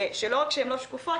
שלא רק שהן לא שקופות,